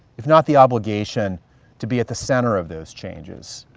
if not the obligation to be at the center of those changes.